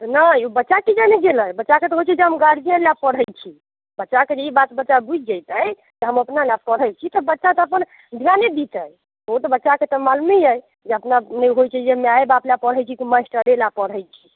नहि बच्चा की जाने गेलै बच्चाके तऽ होइत छै जे हम गार्जियन लऽ पढ़ैत छी बच्चाके जे ई बात बच्चा बूझि जयतै तऽ हम अपना लऽ पढ़ैत छी तऽ बच्चा अपन ध्याने दितै ओ तऽ बच्चाके तऽ मालूम नहि अइ जे अपना नहि होइत छै जे माय बाप लऽ पढ़ैत छी की मास्टरे लऽ पढ़ैत छी